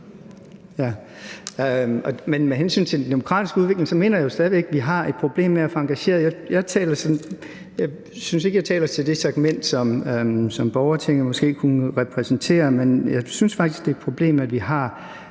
Med hensyn til den demokratiske udvikling mener jeg stadig væk, at vi har et problem med at få engageret folk. Jeg synes ikke, jeg taler til det segment, som borgertinget måske kunne repræsentere, men jeg synes faktisk, det er et problem, at vi har